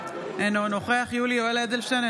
אינו נוכח יולי יואל אדלשטיין,